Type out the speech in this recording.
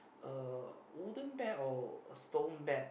uh wooden bed or a stone bed